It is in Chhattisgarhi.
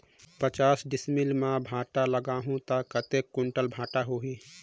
पचास डिसमिल मां भांटा लगाहूं ता कतेक कुंटल भांटा होही?